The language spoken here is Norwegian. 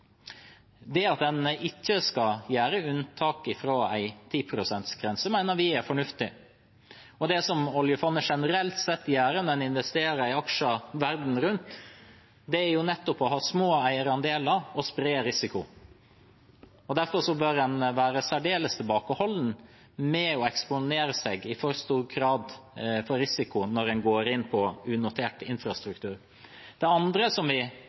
Det at man ikke skal gjøre unntak fra en 10-prosentgrense mener vi er fornuftig. Og det oljefondet generelt sett gjør når man investerer i aksjer verden rundt, er nettopp å ha små eierandeler og spre risiko. Derfor bør man være særdeles tilbakeholden med i for stor grad å eksponere seg for risiko når man går inn på unotert infrastruktur. Det andre vi